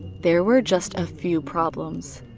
there were just a few problems.